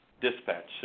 dispatch